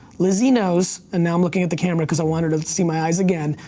lizzie knows, and now i'm looking at the camera, cause i want her to see my eyes again,